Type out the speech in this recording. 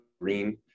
green